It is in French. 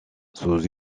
sous